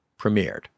premiered